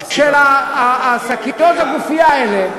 שקיות הגופייה האלה,